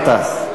גטאס.